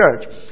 church